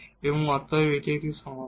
এবং অতএব এটি একটি সমাধান